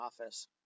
office